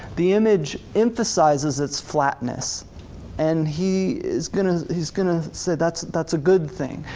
the image emphasizes its flatness and he is gonna is gonna say that's that's a good thing.